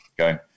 Okay